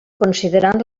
considerant